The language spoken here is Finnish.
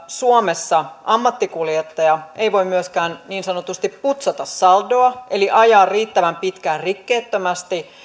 suomessa ammattikuljettaja ei voi myöskään niin sanotusti putsata saldoa eli ajaa riittävän pitkään rikkeettömästi